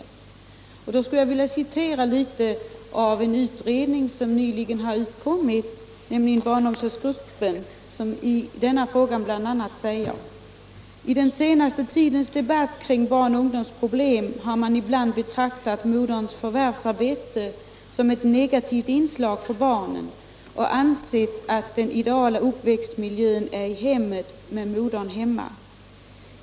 Mot detta påstående skulle jag vilja citera ett stycke ur en utredning, nämligen barnomsorgsgruppen, som nyligen har utkommit med sitt betänkande och som i denna fråga bl.a. säger: ”I den senaste tidens debatt kring barn och ungdomsproblem har man ibland betraktat moderns förvärvsarbete som ett negativt inslag för barnen och ansett att den ideala uppväxtmiljön är i hemmet med modern hemma.